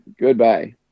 Goodbye